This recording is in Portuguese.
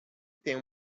têm